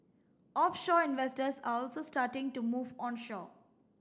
offshore investors are also starting to move onshore